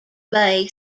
bay